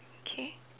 k